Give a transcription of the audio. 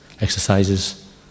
exercises